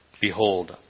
Behold